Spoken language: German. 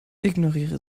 ignoriere